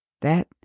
That